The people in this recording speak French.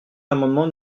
l’amendement